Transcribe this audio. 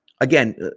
Again